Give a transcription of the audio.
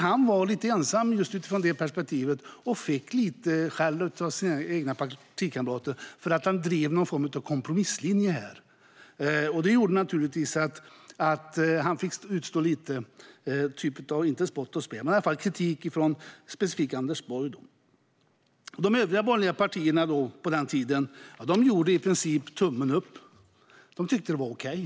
Han var lite ensam om det perspektivet och fick lite skäll av sina partikamrater för att han drev en kompromisslinje i frågan. Det gjorde att han fick utstå inte spott och spe men i alla fall kritik, särskilt från Anders Borg. De övriga borgerliga partierna på den tiden gjorde i princip tummen upp. De tyckte att det var okej.